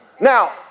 now